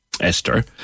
Esther